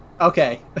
Okay